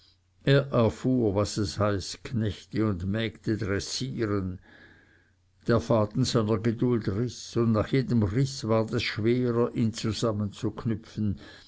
was es heißt knechte und mägde dressieren der faden seiner geduld riß und nach jedem riß war es schwerer ihn zusammenzuknüpfen